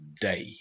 day